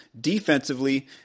Defensively